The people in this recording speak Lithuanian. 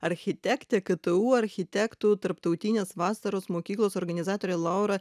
architektė ktu architektų tarptautinės vasaros mokyklos organizatorė laura